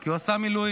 כי הוא עשה מילואים,